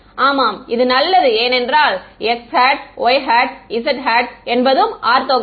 ஆமாம் இது நல்லது ஏனென்றால் x y z என்பதும் ஆர்த்தோகனல்